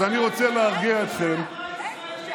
אז אני רוצה להרגיע אתכם, אתה, לחברה הישראלית.